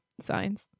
signs